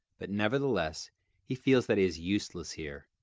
but nevertheless he feels that he is useless here,